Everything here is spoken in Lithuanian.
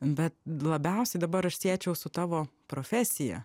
bet labiausiai dabar aš siečiau su tavo profesija